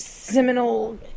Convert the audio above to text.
seminal